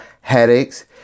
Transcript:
headaches